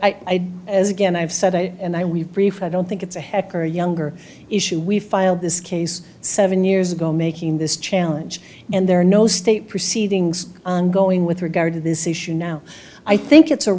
i'd as again i've said it and i we've brief i don't think it's a heck or younger issue we filed this case seven years ago making this challenge and there are no state proceedings ongoing with regard to this issue now i think it's a